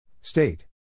State